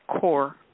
core